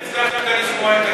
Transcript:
איך הצלחת לשמוע את הקול,